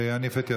שיניף את ידו.